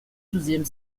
douzième